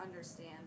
Understand